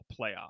playoff